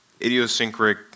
idiosyncratic